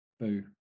boo